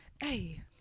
hey